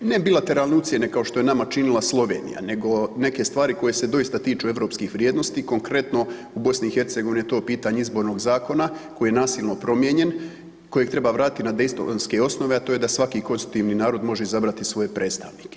Ne bilateralne ucjene kao što je nama činila Slovenija nego neke stvari koje se doista tiču europskih vrijednosti, konkretno u BiH je to pitanje Izbornog zakona koji je nasilno promijenjen, kojeg treba vratiti na dejtonske osnove, a to je da svaki konstitutivni narod može izabrati svoje predstavnike.